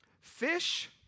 Fish